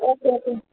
okay okay